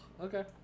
Okay